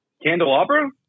Candelabra